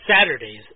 Saturdays